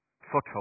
foothold